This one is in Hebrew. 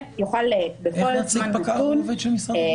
שיוכל בפועל --- איך נציג פקע"ר הוא עובד של משרד הבריאות?